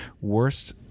worst